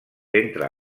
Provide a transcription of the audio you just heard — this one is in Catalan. entre